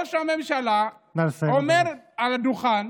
וראש הממשלה אומר מעל הדוכן,